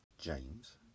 James